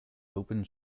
open